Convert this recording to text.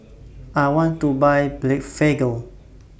I want to Buy Blephagel